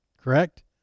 correct